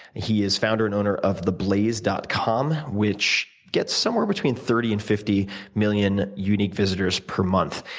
he is founder and owner of theblaze dot com, which gets somewhere between thirty and fifty million unique visitors per month,